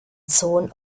zonen